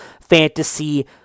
fantasy